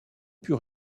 put